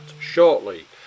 shortly